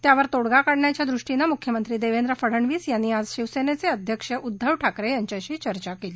त्यावर तोडगा काढण्याच्या दृष्टीन मुख्यमंत्री देवेंद्र फडनवीस यांनी आज शिवसेनेचे अध्यक्ष उद्धव ठाकरे यांच्यांशी चर्चा केली